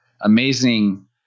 amazing